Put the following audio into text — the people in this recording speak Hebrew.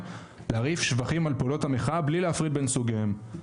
להרעיף שבחים על פעולות המחאה בלי להפריד בין סוגיהם,